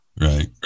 right